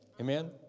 Amen